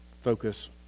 focus